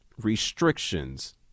restrictions